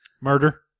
Murder